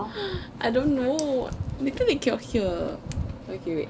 I don't know maybe we cannot hear okay wait